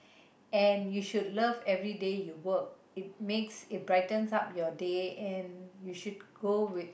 and you should love everyday you work and it makes it brightens up your day and you should go with